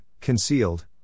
concealed